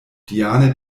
diane